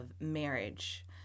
marriage